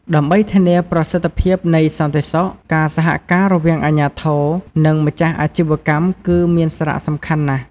ដើម្បីធានាប្រសិទ្ធភាពនៃសន្តិសុខ ការសហការរវាងអាជ្ញាធរ និងម្ចាស់អាជីវកម្មគឺមានសារៈសំខាន់ណាស់។